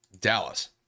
Dallas